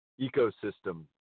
ecosystem